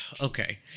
Okay